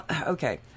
okay